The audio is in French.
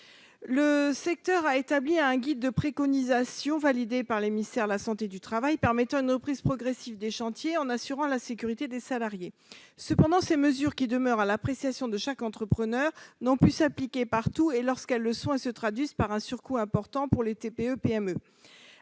Le secteur du BTP a établi un guide de préconisations, validé par les ministères de la santé et du travail, en vue de permettre une reprise progressive des chantiers tout en assurant la sécurité des salariés. Cependant, ces mesures, qui sont laissées à l'appréciation de chaque entrepreneur, n'ont pu s'appliquer partout. Lorsqu'elles le sont, elles entraînent un surcoût important pour les TPE-PME.